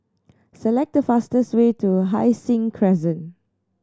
select the fastest way to Hai Sing Crescent